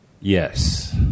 Yes